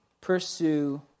pursue